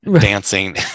dancing